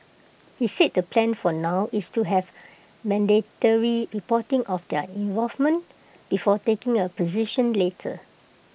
he said the plan for now is to have mandatory reporting of their involvement before taking A position later